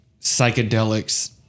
psychedelics